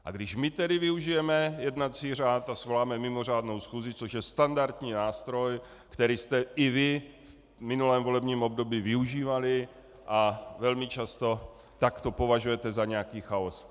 A když tedy my využijeme jednací řád a svoláme mimořádnou schůzi, což je standardní nástroj, který jste i vy v minulém volebním období využívali, a velmi často, tak to považujete za nějaký chaos.